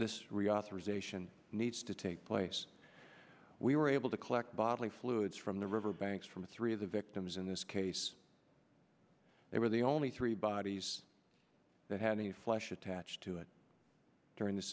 reauthorization needs to take place we were able to collect bodily fluids from the river banks from three of the victims in this case they were the only three bodies that had any flesh attached to it during this